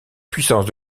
puissance